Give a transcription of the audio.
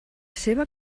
seva